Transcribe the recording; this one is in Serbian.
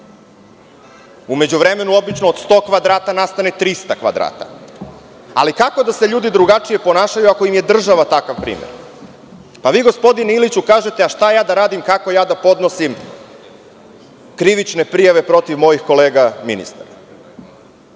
U međuvremenu obično od 100 kvadrata nastane 300 kvadrata. Ali, kako da se ljudi drugačije ponašaju kad im je država takav primer. Vi gospodine Iliću kažete – a šta ja da radim, kako da ja podnosim krivične prijave protiv mojih kolega ministara?